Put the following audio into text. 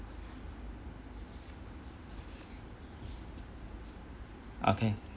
okay